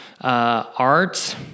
art